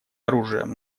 оружием